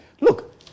Look